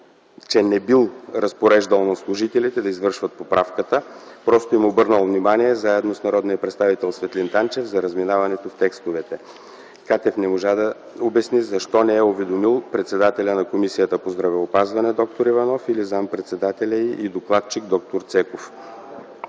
че не бил разпореждал на служителите да извършват поправката, просто им обърнал внимание заедно с народния представител Светлин Танчев за разминаването в текстовете. Катев не можа да обясни защо не е уведомил председателя на Комисията по здравеопазване д-р Иванов или зам.-председателя й и докладчик д-р Цеков.